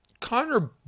Connor